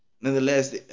nonetheless